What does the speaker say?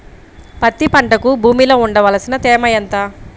పత్తి పంటకు భూమిలో ఉండవలసిన తేమ ఎంత?